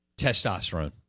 testosterone